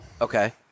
Okay